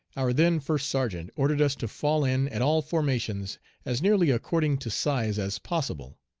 our then first sergeant ordered us to fall in at all formations as nearly according to size as possible.